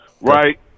right